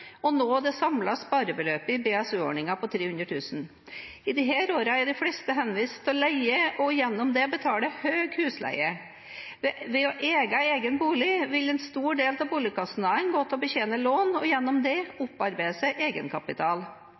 å nå det samlede sparebeløpet i BSU-ordningen på 300 000. I disse årene er de fleste henvist til å leie og gjennom det betale høy husleie. Ved å eie egen bolig vil en stor del av boligkostnadene gå til å betjene lån og gjennom det opparbeide seg egenkapital.